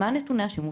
מה נתוני השימוש?